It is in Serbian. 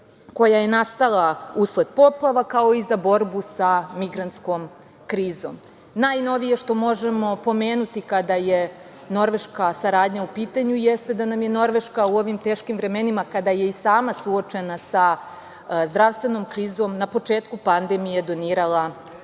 koja je nastala usled poplava, kao i za borbu sa migrantskom krizom. Najnovije što možemo pomenuti kada je Norveška saradnja u pitanju, jeste da nam je Norveška u ovim teškim vremenima, kada je i sama suočena sa zdravstvenom krizom, na početku pandemije donirala